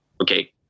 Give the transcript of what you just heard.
okay